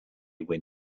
when